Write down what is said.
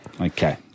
Okay